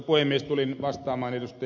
tulin vastaamaan ed